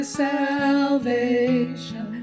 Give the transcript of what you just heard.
salvation